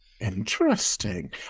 Interesting